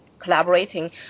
collaborating